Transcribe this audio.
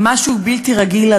משהו בלתי רגיל,